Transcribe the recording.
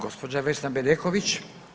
Gospođa Vesna Bedeković.